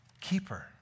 keeper